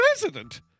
President